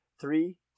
Three